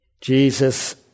Jesus